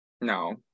no